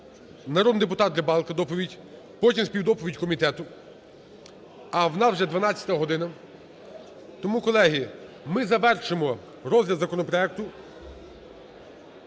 народний депутат Рибалка, доповідь, потім – співдоповідь комітету, а у нас вже 12 година. Тому, колеги, ми завершимо розгляд законопроекту…